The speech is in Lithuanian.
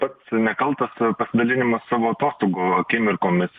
pats nekaltas pasidalinimas savo atostogų akimirkomis